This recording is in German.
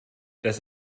das